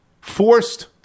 forced